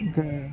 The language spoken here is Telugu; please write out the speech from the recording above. ఇంకా